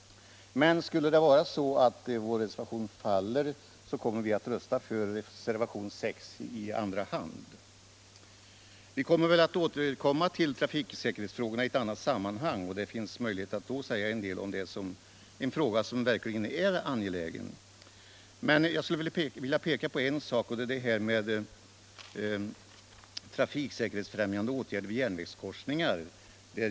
Faller däremot vår reservation kommer vi att i andra hand rösta på reservationen 6. Trafiksäkerhetsfrågorna kommer att diskuteras i annat sammanhang, och det finns då möjlighet att säga mer om denna angelägna fråga. Jag vill emellertid också något beröra frågan om trafiksäkerhetsfrämjande åtgärder vid järnvägskorsningar.